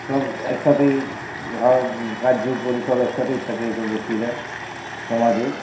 সব একসাথেই হয় কাজ্যোগ করে সব একসাথেই থাকে এসব ব্যক্তিরা সমাজে